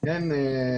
איגוד גני הילדים.